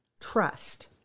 trust